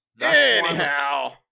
Anyhow